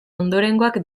ondorengoak